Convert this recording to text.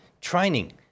training